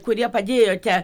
kurie padėjote